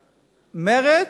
מרצ,